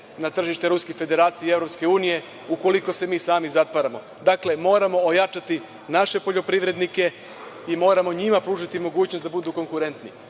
na tržište Ruske Federacije i EU, ukoliko se mi sami zatvaramo. Dakle, moramo ojačati naše poljoprivrednike i moramo njima p ružiti mogućnost da budu konkurentni.